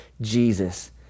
Jesus